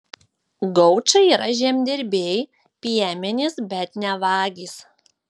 gaučai yra žemdirbiai piemenys bet ne vagys